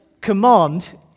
command